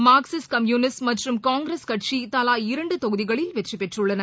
Marxist communist மற்றும் Congress கட்சி தலா இரண்டு தொகுதிகளில் வெற்றி பெற்றுள்ளன